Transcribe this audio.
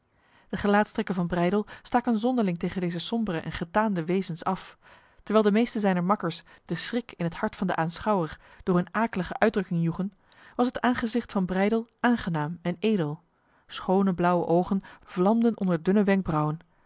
de gelaatstrekken van breydel staken zonderling tegen deze sombere en getaande wezens af terwijl de meesten zijner makkers de schrik in het hart van de aanschouwer door hun aaklige uitdrukking joegen was het aangezicht van breydel aangenaam en edel schone blauwe ogen vlamden onder dunne wenkbrauwen